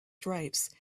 stripes